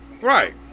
right